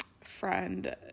friend